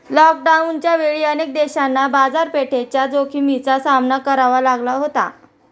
लॉकडाऊनच्या वेळी अनेक देशांना बाजारपेठेच्या जोखमीचा सामना करावा लागला होता